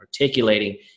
articulating